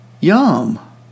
Yum